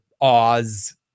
Oz